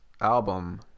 album